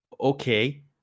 Okay